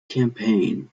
campaign